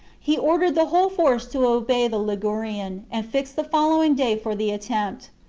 he ordered the whole force to obey the ligurian, and fixed the following day for the attempt.